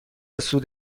سود